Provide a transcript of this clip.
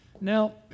Now